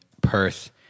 Perth